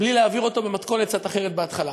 בלי להעביר אותו במתכונת קצת אחרת בהתחלה.